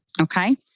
okay